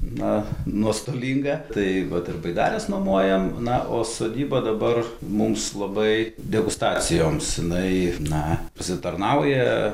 na nuostolinga tai vat ir baidares nuomojam na o sodyba dabar mums labai degustacijoms jinai na pasitarnauja